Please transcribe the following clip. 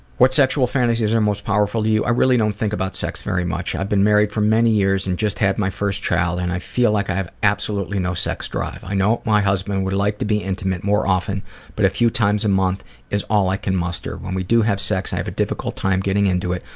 what sexual fantasies are most powerful to you? i really don't think about sex very much. i've been married for many years and just had my first child and i feel like i have absolutely no sex drive and i know my husband would like to be intimate more often but a few times a month is all i can muster. when we do have sex, i have a difficult time getting into it.